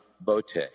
Bote